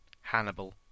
Hannibal